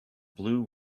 blue